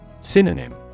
Synonym